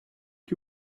que